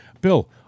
Bill